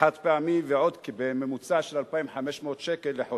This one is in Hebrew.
חד-פעמי ועוד בממוצע של 2,500 שקל לחודש.